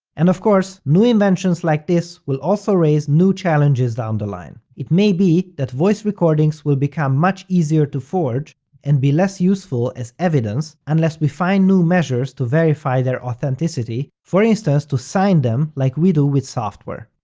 and of course, new inventions like this will also raise new challenges down the line. it may be that voice recordings will become much easier to forge and be less useful as evidence unless we find new measures to verify their authenticity, for instance, to sign them like we do with software.